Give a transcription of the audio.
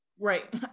Right